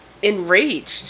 Enraged